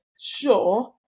sure